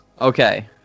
Okay